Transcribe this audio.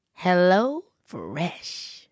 HelloFresh